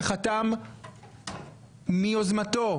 שחתם מיוזמתו,